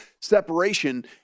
separation